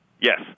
Yes